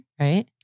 right